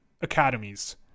academies